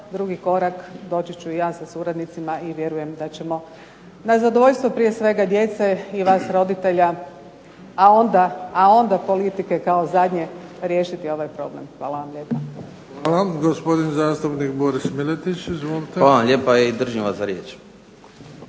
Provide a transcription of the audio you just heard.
drugi korak doći ću ja sa suradnicima i da ćemo na zadovoljstvo prije svega djece i vas roditelja, a onda politike kao zadnje riješiti ovaj problem. Hvala vam lijepo. **Bebić, Luka (HDZ)** Hvala. Gospodin zastupnik Boris Miletić. Izvolite. **Miletić, Boris (IDS)** Hvala vam lijepa i držim vas za riječ.